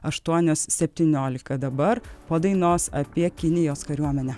aštuonios septyniolika dabar po dainos apie kinijos kariuomenę